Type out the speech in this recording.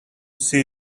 see